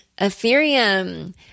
Ethereum